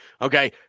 Okay